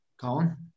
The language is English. Colin